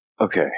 Okay